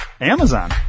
Amazon